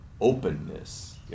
openness